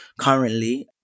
Currently